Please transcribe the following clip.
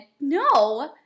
no